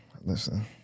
Listen